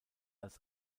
als